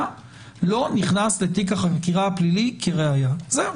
לא נכנס לתיק הפלילי כראיה זהו,